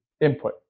Input